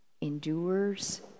endures